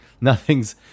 Nothing's